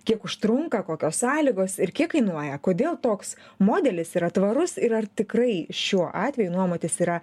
kiek užtrunka kokios sąlygos ir kiek kainuoja kodėl toks modelis yra tvarus ir ar tikrai šiuo atveju nuomotis yra